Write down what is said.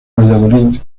valladolid